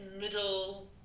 middle